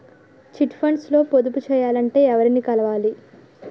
Chit funds లో పొదుపు చేయాలంటే ఎవరిని కలవాలి?